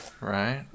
right